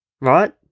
Right